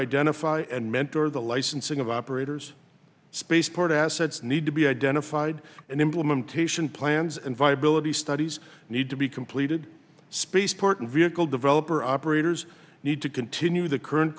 identify and mentor the licensing of operators spaceport assets need to be identified and implementation plans and viability studies need to be completed spaceport and vehicle developer operators need to continue the current